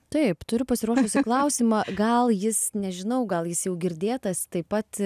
taip turiu pasiruošusi klausimą gal jis nežinau gal jis jau girdėtas taip pat